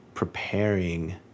preparing